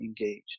engaged